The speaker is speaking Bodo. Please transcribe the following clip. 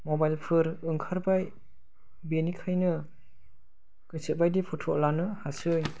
मबाइलफोर ओंखारबाय बेनिखायनो गोसोबायदि फट' लानो हायो